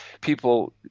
People